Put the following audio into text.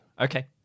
Okay